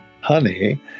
Honey